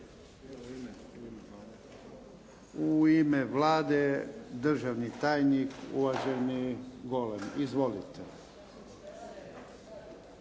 U ime Vlade državni tajnik uvaženi Golem. Izvolite.